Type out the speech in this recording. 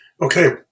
Okay